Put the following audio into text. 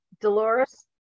Dolores